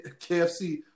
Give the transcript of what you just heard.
KFC